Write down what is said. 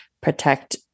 protect